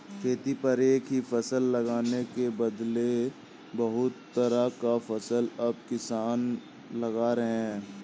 खेती पर एक ही फसल लगाने के बदले बहुत तरह का फसल अब किसान लगा रहे हैं